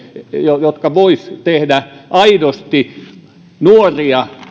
jotka voisivat tehdä aidosti nuoria